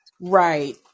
Right